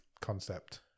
concept